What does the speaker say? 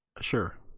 Sure